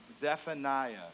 Zephaniah